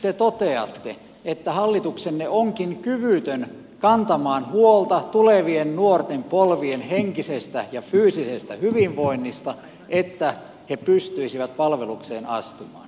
nyt te toteatte että hallituksenne onkin kyvytön kantamaan huolta tulevien nuorten polvien henkisestä ja fyysisestä hyvinvoinnista niin että he pystyisivät palvelukseen astumaan